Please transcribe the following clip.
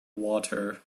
water